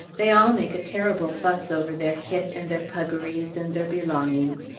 they all make a terrible fuss over their kit and their puggarees and their belongings,